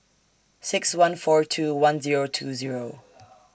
six one four two one Zero two Zero